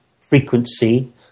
frequency